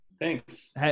thanks